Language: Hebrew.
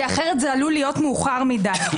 כי אחרת זה עלול להיות מאוחר מדי.